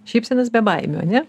šypsenas be baimių ar ne